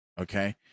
okay